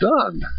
done